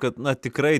kad na tikrai